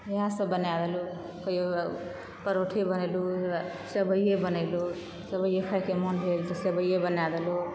इएह सब बनाए देलू कहियो परोठे बनेलु सेबइये बनेलु सेबइये खायके मोन भेल तऽ सेबइये बनाए देलू